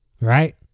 right